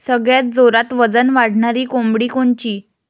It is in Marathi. सगळ्यात जोरात वजन वाढणारी कोंबडी कोनची?